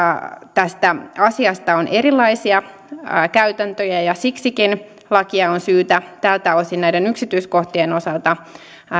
tästä asiasta on erilaisia käytäntöjä ja siksikin lakia on syytä tältä osin näiden yksityiskohtien osalta